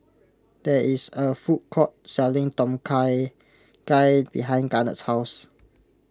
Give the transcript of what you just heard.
there is a food court selling Tom Kha Gai behind Garnett's house